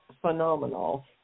phenomenal